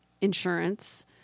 insurance